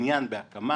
בניין בהקמה